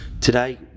today